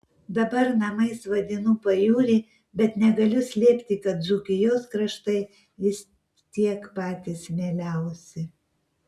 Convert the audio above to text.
dabar namais vadinu pajūrį bet negaliu slėpti kad dzūkijos kraštai vis tiek patys mieliausi